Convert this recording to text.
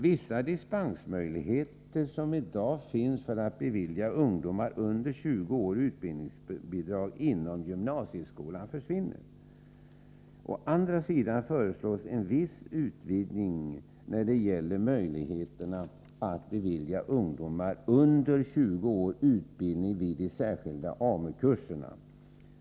Vissa dispensmöjligheter som i dag finns för att bevilja ungdomar under 20 år utbildningsbidrag inom gymnasieskolan försvinner. Å andra sidan föreslås en viss utvidgning när det gäller möjligheterna att bevilja ungdomar under 20 år utbildning vid de särskilda AMU-kurserna.